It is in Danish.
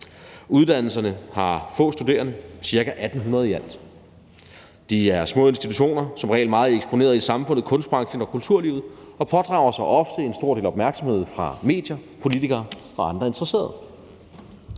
Uddannelserne har få studerende, ca. 1.800 i alt. Det er små institutioner, der som regel er meget eksponeret i samfundet, kunstbranchen og kulturlivet, og de pådrager sig ofte en stor del opmærksomhed fra medier, politikere og andre interesserede.